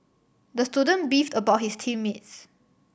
the student beefed about his team mates